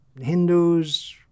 Hindus